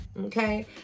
Okay